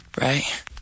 Right